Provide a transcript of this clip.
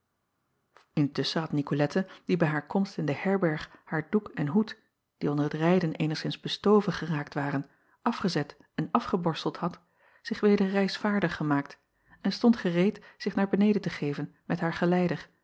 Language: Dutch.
ntusschen had icolette die bij haar komst in de herberg haar doek en hoed die onder het rijden eenigszins bestoven geraakt waren afgezet en afgeborsteld had zich weder reisvaardig gemaakt en stond gereed zich naar beneden te begeven met haar geleider